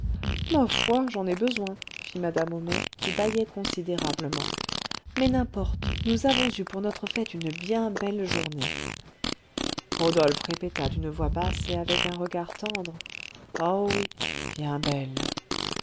ma foi j'en ai besoin fit madame homais qui bâillait considérablement mais n'importe nous avons eu pour notre fête une bien belle journée rodolphe répéta d'une voix basse et avec un regard tendre oh oui bien belle